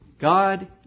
God